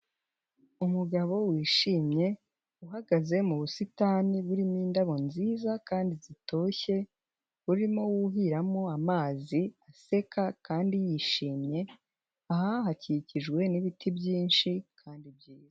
Umugabo wishimye uhagaze mu busitani burimo indabyo nziza kandi zitoshye, urimo wuhiramo amazi aseka kandi yishimye, aha hakikijwe n'ibiti byinshi kandi byiza.